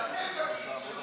כי אתם בכיס שלו.